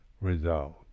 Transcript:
result